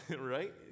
right